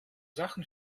sachen